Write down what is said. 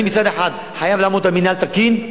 אני מצד אחד חייב לעמוד על מינהל תקין,